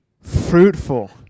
fruitful